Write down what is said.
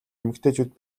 эмэгтэйчүүд